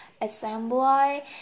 Assembly